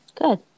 Good